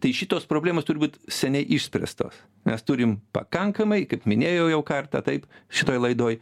tai šitos problemos turi būt seniai išspręstos mes turim pakankamai kaip minėjau jau kartą taip šitoj laidoj